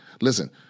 Listen